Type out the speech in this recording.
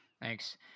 Thanks